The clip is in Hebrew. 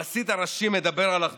הממשלה לא ממש ידעה מה צריך